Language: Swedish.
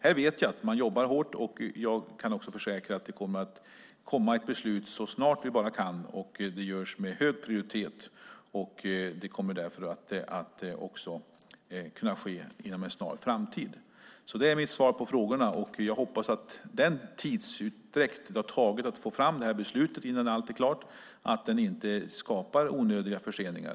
Här vet jag att man jobbar hårt, och jag kan försäkra att vi kommer med ett beslut så snart vi bara kan. Arbetet sker med hög prioritet, och beslutet kommer därför att kunna ges inom en snar framtid. Det är mitt svar på frågorna. Jag hoppas att den tidsutdräkt som uppstått för att få fram beslutet, för att allt ska vara klart, inte skapat onödiga förseningar.